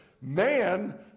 man